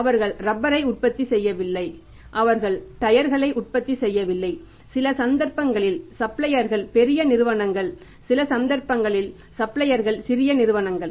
அவர்கள் ரப்பரை உற்பத்தி செய்யவில்லை அவர்கள் டயர்களை உற்பத்தி செய்யவில்லை சில சந்தர்ப்பங்களில் சப்ளையர்கள் பெரிய நிறுவனங்கள் சில சந்தர்ப்பங்களில் சப்ளையர்கள் சிறிய நிறுவனங்கள்